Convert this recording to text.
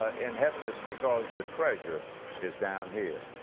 ah in heaven it's because your treasure is down here.